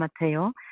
Mateo